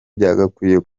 byagakwiye